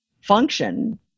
function